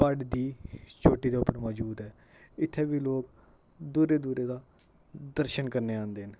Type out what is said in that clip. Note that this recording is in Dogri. प्हाड़ दी चोटी दे उप्पर मौजूद ऐ इत्थै वी लोक दूरे दूरे दा दर्शन करने आंदे न